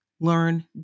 learn